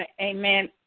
Amen